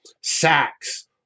sacks